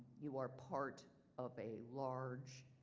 you are part of a large,